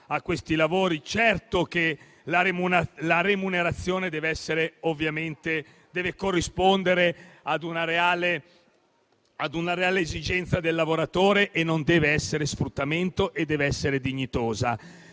a questi lavori; certo che la remunerazione deve corrispondere ad una reale esigenza del lavoratore e non deve essere sfruttamento, ma deve essere dignitosa.